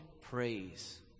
praise